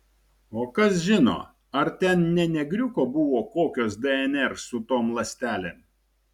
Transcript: o kas žino ar ten ne negriuko buvo kokios dnr su tom ląstelėm